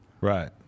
Right